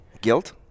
Guilt